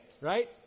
Right